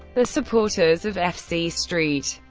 the supporters of fc st.